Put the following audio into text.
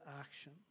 action